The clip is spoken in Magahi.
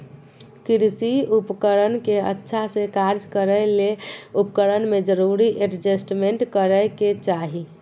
कृषि उपकरण के अच्छा से कार्य करै ले उपकरण में जरूरी एडजस्टमेंट करै के चाही